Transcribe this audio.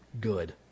good